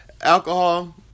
Alcohol